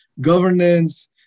governance